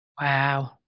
Wow